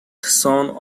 son